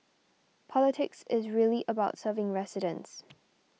politics is really about serving residents